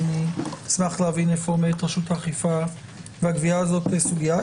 אני אשמח להבין איפה עומדת רשות האכיפה והגבייה בסוגייה.